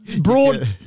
Broad